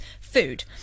food